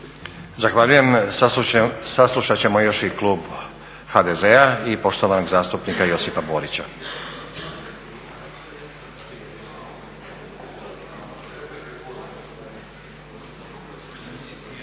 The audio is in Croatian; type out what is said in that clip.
Zahvaljujem. Saslušat ćemo još i klub HDZ-a i poštovanog zastupnika Josipa Borića.